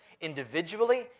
individually